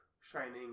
Shining